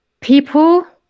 People